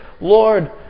Lord